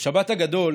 בשבת הגדול